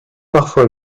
parfois